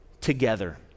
together